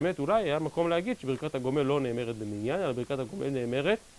באמת אולי היה מקום להגיד שברכת הגומל לא נאמרת במניין, אבל ברכת הגומל נאמרת..